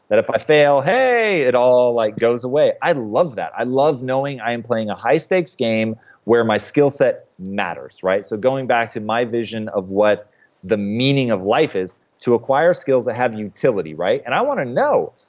that if i fail, hey, it all like goes away. i love that. i love knowing i am playing a high-stakes game where my skillset matters, right? so going back to my vision of what the meaning of life is, to acquire skills that have utility, right? and i want to know,